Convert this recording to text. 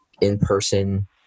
in-person